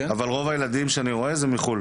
אבל רוב הילדים שאני רואה, זה מחו"ל.